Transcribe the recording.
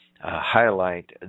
highlight